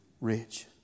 rich